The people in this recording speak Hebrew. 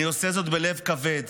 אני עושה זאת בלב כבד,